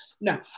No